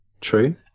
True